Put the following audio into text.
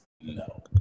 No